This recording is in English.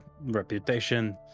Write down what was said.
reputation